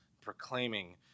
Proclaiming